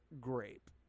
grape